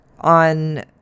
on